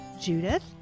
Judith